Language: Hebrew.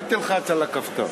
אל תלחץ על הכפתור.